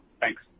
Thanks